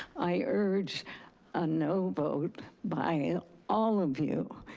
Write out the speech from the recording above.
i urge a no vote by all of you,